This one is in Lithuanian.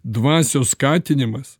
dvasios skatinimas